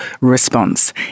response